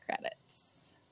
Credits